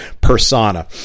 persona